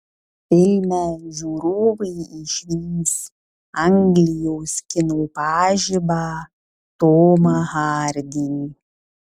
filme žiūrovai išvys anglijos kino pažibą tomą hardy